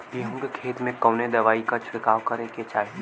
गेहूँ के खेत मे कवने दवाई क छिड़काव करे के चाही?